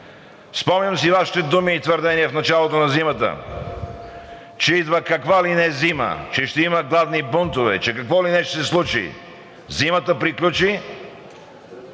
Спомням си Вашите думи и твърдения в началото на зимата, че идва каква ли не зима, че ще има гладни бунтове, че какво ли не ще се случи. Зимата приключи,